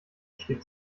steht